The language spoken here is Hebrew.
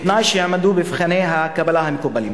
בתנאי שעמדו בתנאי הקבלה המקובלים.